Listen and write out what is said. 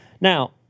Now